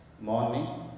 morning